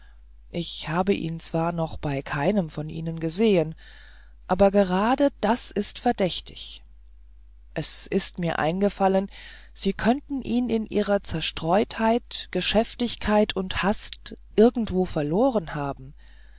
ich habe ihn zwar noch bei keinem von ihnen gesehen aber gerade das ist verdächtig es ist mir eingefallen sie könnten ihn in ihrer zerstreutheit geschäftigkeit und hast irgendwo verloren haben